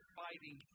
fighting